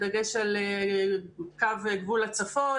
בדגש על גבול הצפון.